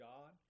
God